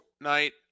night